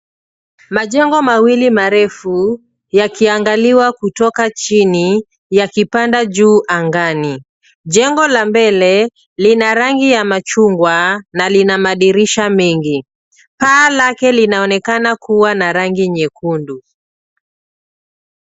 Majengo mawili marefu yakiangaliwa kutoka chini yakipanda juu angani. Jengo la mbele lina rangi ya machungwa na lina madirisha mengi. Paa lake linaonekana kuwa na rangi nyekundu.